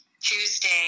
Tuesday